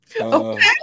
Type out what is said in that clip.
Okay